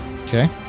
Okay